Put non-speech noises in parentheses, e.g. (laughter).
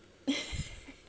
(laughs)